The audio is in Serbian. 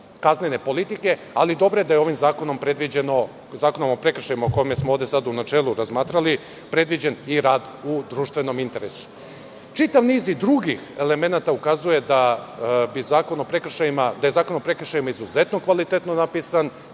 kaznene politike, ali dobro je da je ovim Zakonom o prekršajima, o kojem smo ovde u načelu raspravljali, predviđen i rad u društvenom interesu. Čitav niz i drugih elemenata ukazuje da je Zakon o prekršajima izuzetno kvalitetno napisan,